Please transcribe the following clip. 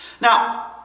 Now